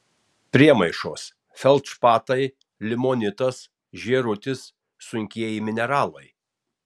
priemaišos feldšpatai limonitas žėrutis sunkieji mineralai